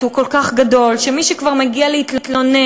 הוא כל כך גדול שמי שכבר מגיע להתלונן,